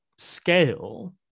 scale